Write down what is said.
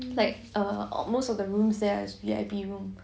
like err most of the rooms there is V_I_P room